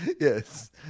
Yes